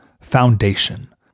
foundation